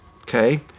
Okay